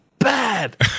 Bad